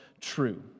true